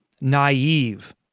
naive